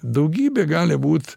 daugybė gali būt